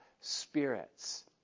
spirits